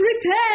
prepare